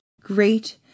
Great